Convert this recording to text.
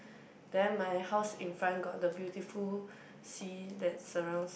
then my house in front got the beautiful sea that surrounds